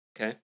Okay